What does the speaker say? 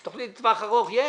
תוכנית לטווח ארוך יש?